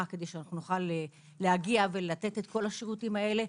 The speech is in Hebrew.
כדי שנוכל לתת את כל השירותים האלה.